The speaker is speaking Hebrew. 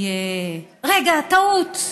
רגע, טעות.